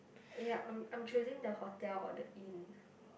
yup I'm I'm choosing the hotel or the inn